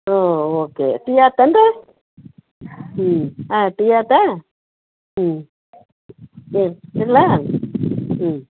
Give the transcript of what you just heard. ಹ್ಞೂ okay tea ಆಯ್ತೇನ್ರೀ tea ಆಯ್ತಾ ಇಡು ಇಡಲಾ ಹ್ಞೂ